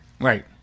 Right